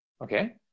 Okay